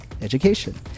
Education